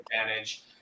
advantage